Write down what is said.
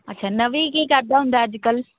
ਅੱਛਾ ਨਵੀ ਕੀ ਕਰਦਾ ਹੁੰਦਾ ਅੱਜ ਕੱਲ੍ਹ